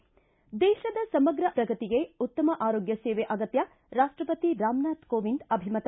ಿ ದೇಶದ ಸಮಗ್ರ ಪ್ರಗತಿಗೆ ಉತ್ತಮ ಆರೋಗ್ಯ ಸೇವೆ ಅಗತ್ಯ ರಾಷ್ಷಪತಿ ರಾಮ್ನಾಥ್ ಕೋವಿಂದ್ ಅಭಿಮತ